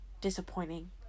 disappointing